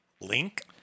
Link